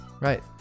Right